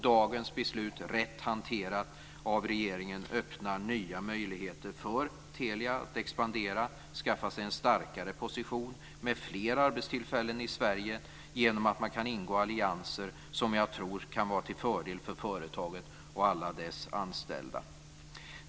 Dagens beslut - rätt hanterat av regeringen - öppnar nya möjligheter för Telia att expandera och skaffa sig en starkare position med fler arbetstillfällen i Sverige genom att man kan ingå allianser som jag tror kan vara till fördel för företaget och alla dess anställda.